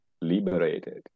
liberated